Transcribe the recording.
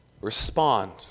respond